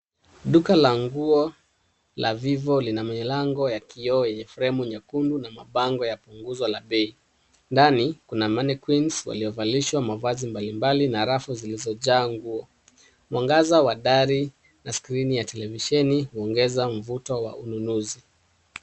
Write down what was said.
Duka la nguo la VIVO lina milango ya kioo yenye fremu nyekundu na mabango ya punguzo la bei. Ndani, kuna manquins waliovalishwa mavazi mbalimbali na rafu zilizojaa nguo. Mwangaza wa dari na skrini ya televisheni uongeza mvuto wa ununuzi.